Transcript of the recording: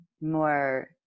more